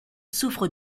souffre